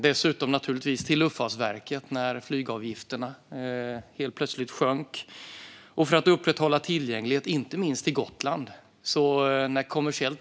Dessutom fick vi bidra till Luftfartsverket eftersom flygavgifterna sjönk.